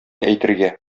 әйтергә